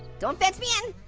don't fence me in!